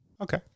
Okay